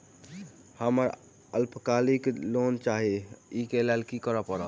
हमरा अल्पकालिक लोन चाहि अई केँ लेल की करऽ पड़त?